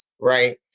Right